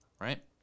right